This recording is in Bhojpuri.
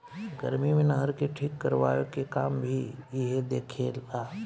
गर्मी मे नहर के ठीक करवाए के काम भी इहे देखे ला